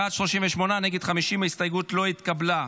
בעד, 38, נגד, 50. ההסתייגות לא התקבלה.